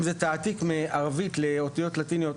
אם זה תעתיק מערבית לאותיות לטיניות,